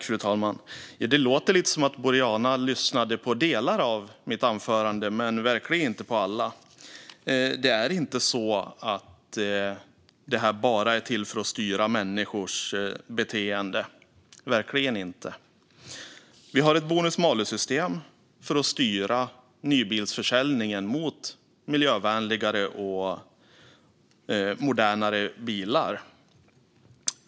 Fru talman! Det låter som att Boriana lyssnade på vissa delar av mitt anförande men verkligen inte på alla. Det är verkligen inte så att det här bara är till för att styra människors beteende. Vi har ett bonus-malus-system för att styra nybilsförsäljningen mot miljövänligare och modernare bilar.